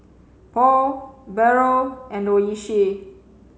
Paul Barrel and Oishi